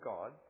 God